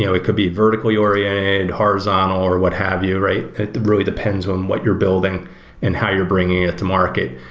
you know it could be vertically oriented, horizontal, or what have, right? it really depends on what you're building and how you're bringing it to market.